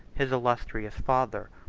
his illustrious father.